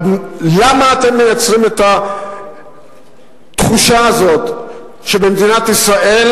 למה אתם מייצרים את התחושה הזאת שבמדינת ישראל